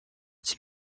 sie